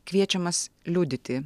kviečiamas liudyti